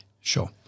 Sure